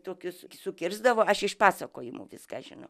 tokius sukirsdavo aš iš pasakojimų viską žinau